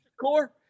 corps